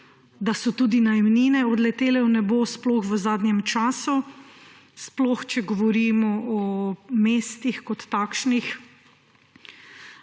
da so tudi najemnine odletele v nebo, sploh v zadnjem času. Sploh, če govorimo o mestih kot takšnih.